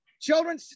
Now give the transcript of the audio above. children